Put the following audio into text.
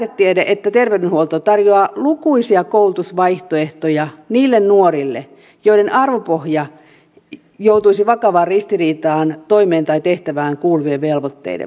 sekä lääketiede että terveydenhuolto tarjoavat lukuisia koulutusvaihtoehtoja niille nuorille joiden arvopohja joutuisi vakavaan ristiriitaan toimeen tai tehtävään kuuluvien velvoitteiden vuoksi